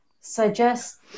suggest